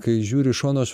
kai žiūriu iš šono aš